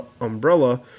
umbrella